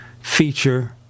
feature